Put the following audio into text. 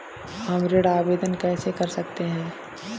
हम ऋण आवेदन कैसे कर सकते हैं?